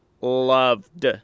Loved